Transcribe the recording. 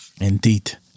indeed